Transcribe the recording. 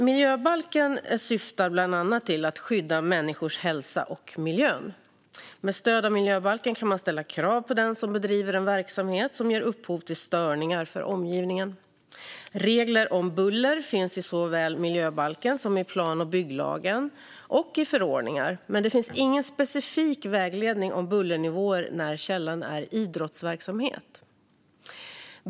Miljöbalken syftar bland annat till att skydda människors hälsa och till att skydda miljön. Med stöd av miljöbalken kan man ställa krav på den som bedriver en verksamhet som ger upphov till störningar för omgivningen. Regler om buller finns såväl i miljöbalken som i plan och bygglagen samt i förordningar, men det finns ingen specifik vägledning om bullernivåer när källan är idrottsverksamhet.